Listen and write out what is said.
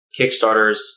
Kickstarters